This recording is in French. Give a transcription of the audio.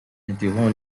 interrompt